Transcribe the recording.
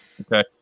Okay